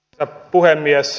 arvoisa puhemies